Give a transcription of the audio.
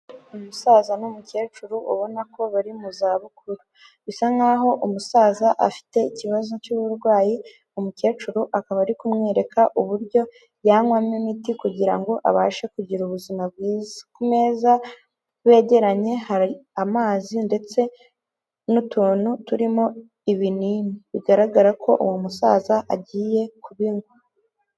Umusaza n'umukecuru ubona ko bari mu za bukuru, bisa nkaho umusaza afite ikibazo cy'uburwayi umukecuru akaba ari kumwereka uburyo yanywamo imiti kugira ngo abashe kugira ubuzima bwiza, ku meza begeranye hari amazi ndetse n'utuntu turimo ibinini bigaragara ko uwo musaza agiye kubinywa.